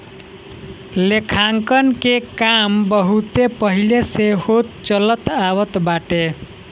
लेखांकन के काम बहुते पहिले से होत चलत आवत बाटे